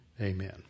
Amen